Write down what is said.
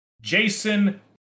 Jason